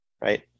right